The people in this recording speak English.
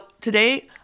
today